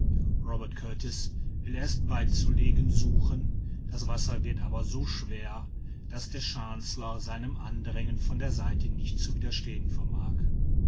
robert kurtis will erst beizulegen suchen das wasser wird aber so schwer daß der chancellor seinem andrängen von der seite nicht zu widerstehen vermag